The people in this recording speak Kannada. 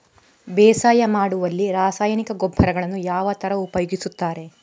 ಬೇಸಾಯ ಮಾಡುವಲ್ಲಿ ರಾಸಾಯನಿಕ ಗೊಬ್ಬರಗಳನ್ನು ಯಾವ ತರ ಉಪಯೋಗಿಸುತ್ತಾರೆ?